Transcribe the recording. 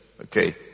Okay